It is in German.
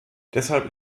deshalb